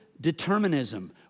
determinism